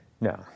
No